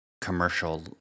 commercial